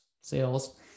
Sales